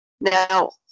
Now